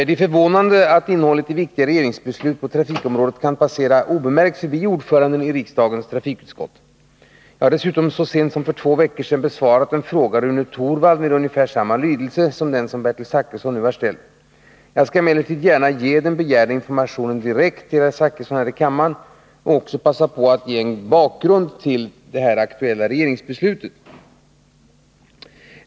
Det är förvånande att innehållet i viktiga regeringsbeslut på trafikområdet kan passera obemärkt förbi ordföranden i riksdagens trafikutskott. Jag har dessutom så sent som för två veckor sedan besvarat en fråga av Rune Torwald med ungefär samma lydelse som den som Bertil Zachrisson nu har ställt. Jag skall emellertid gärna ge den begärda informationen direkt till Bertil Zachrisson här i kammaren och också passa på att ge en bakgrund till det aktuella regeringsbeslutet.